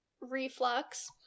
reflux